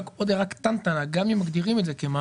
עוד הערה קטנטנה: גם אם מגדירים את זה כמס,